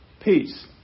Peace